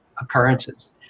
occurrences